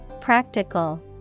Practical